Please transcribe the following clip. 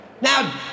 Now